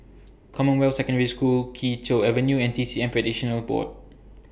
Commonwealth Secondary School Kee Choe Avenue and T C M Practitioners Board